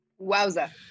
Wowza